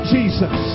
Jesus